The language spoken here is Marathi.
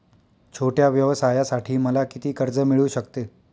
छोट्या व्यवसायासाठी मला किती कर्ज मिळू शकते?